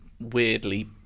weirdly